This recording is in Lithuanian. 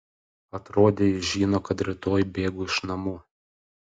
atrodė jis žino kad rytoj bėgu iš namų